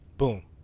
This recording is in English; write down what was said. Boom